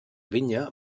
vinya